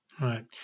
Right